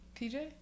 PJ